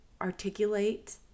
articulate